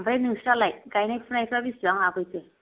ओमफ्राय नोंस्रालाय गायनाय फुनायफ्रा बेसेबां आवगायखो